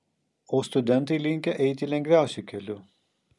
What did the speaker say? o studentai linkę eiti lengviausiu keliu